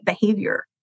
behavior